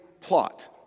plot